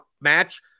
match